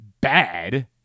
bad